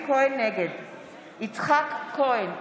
נגד יצחק כהן,